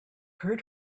heard